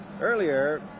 earlier